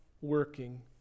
working